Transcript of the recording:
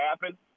happen